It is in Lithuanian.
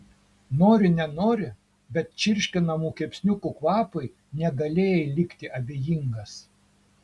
nori nenori bet čirškinamų kepsniukų kvapui negalėjai likti abejingas